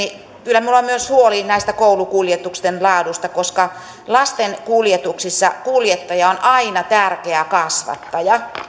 kyllä minulla on myös huoli koulukuljetusten laadusta koska lasten kuljetuksissa kuljettaja on aina tärkeä kasvattaja